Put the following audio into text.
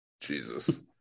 jesus